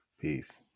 Peace